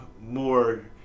more